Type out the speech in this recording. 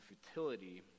futility